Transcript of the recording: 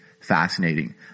fascinating